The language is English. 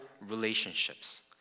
relationships